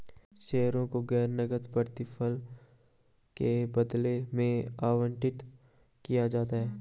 शेयरों को गैर नकद प्रतिफल के बदले में आवंटित किया जाता है